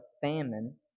famine